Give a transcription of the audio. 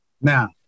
Now